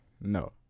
no